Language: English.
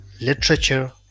literature